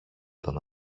τον